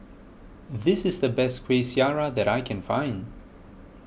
this is the best Kueh Syara that I can find